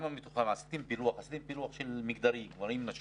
עשיתם פילוח מגדרי, גברים, נשים?